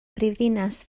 brifddinas